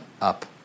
up